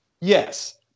Yes